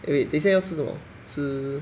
eh wait 等一下要吃什么